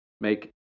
make